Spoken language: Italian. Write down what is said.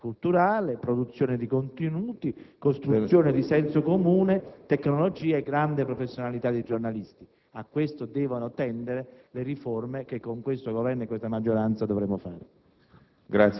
egemonia culturale, produzione di contenuti, costruzione di senso comune, tecnologia e grande professionalità dei giornalisti. A ciò devono tendere le riforme che con questo Governo e questa maggioranza dovremmo fare.